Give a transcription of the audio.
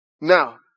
Now